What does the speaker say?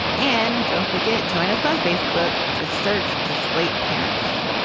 and don't forget, join us on facebook. just search for slate parenting.